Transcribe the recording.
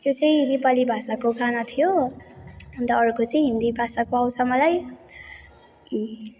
यो चाहिँ नेपाली भाषाको गाना थियो अन्त अर्को चाहिँ हिन्दी भाषाको आउँछ मलाई